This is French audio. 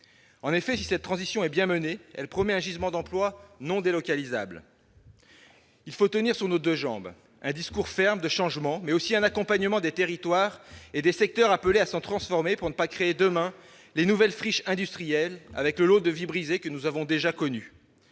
En effet, si cette transition est bien menée, elle promet un gisement d'emplois non délocalisables. Il faut tenir sur nos deux jambes : un discours ferme de changement, mais aussi un accompagnement des territoires et des secteurs appelés à se transformer pour ne pas créer demain de nouvelles friches industrielles, avec le lot de vies brisées que nous avons déjà connu.